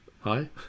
hi